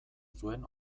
zuen